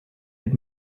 had